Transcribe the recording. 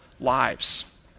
lives